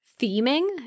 theming